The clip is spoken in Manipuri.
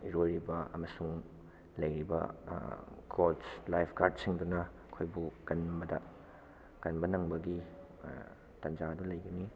ꯏꯔꯣꯏꯔꯤꯕ ꯑꯃꯁꯨꯡ ꯂꯩꯔꯤꯕ ꯀꯣꯁ ꯂꯥꯏꯐ ꯒꯥꯠꯁꯤꯡꯗꯨꯅ ꯑꯩꯈꯣꯏꯕꯨ ꯀꯟꯕꯗ ꯀꯟꯕ ꯅꯪꯕꯒꯤ ꯇꯟꯖ ꯑꯗꯨ ꯂꯩꯒꯅꯤ